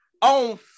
on